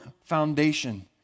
foundation